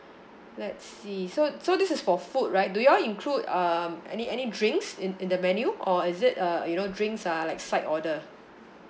let's see so so this is for food right do you all include um any any drinks in in the menu or is it uh you know drinks are like side order